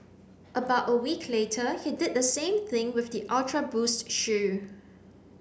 about a week later he did the same thing with the Ultra Boost shoe